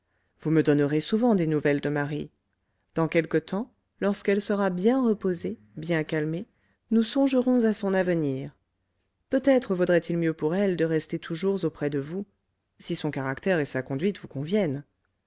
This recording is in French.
vous me donnerez souvent des nouvelles de marie dans quelque temps lorsqu'elle sera bien reposée bien calmée nous songerons à son avenir peut-être vaudrait-il mieux pour elle de rester toujours auprès de vous si son caractère et sa conduite vous conviennent